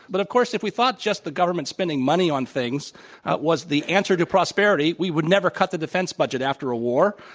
but of course if we thought just the government spending money on things was the answer to prosperity we would never cut the defense budget after a war.